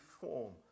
form